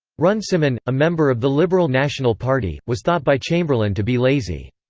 runciman, a member of the liberal national party, was thought by chamberlain to be lazy.